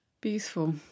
Beautiful